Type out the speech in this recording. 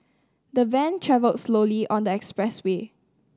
the van travelled slowly on the expressway